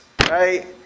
right